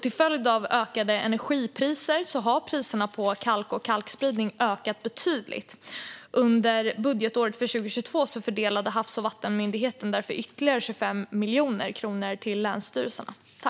Till följd av ökande energipriser har priserna på kalk och kalkspridning ökat betydligt. Under budgetåret 2022 fördelade Havs och vattenmyndigheten därför ytterligare 25 miljoner kronor till länsstyrelserna.